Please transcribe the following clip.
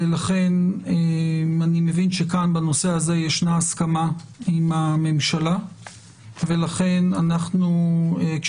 אני מבין שכאן בנושא הזה יש הסכמה עם הממשלה ולכן עת